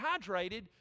hydrated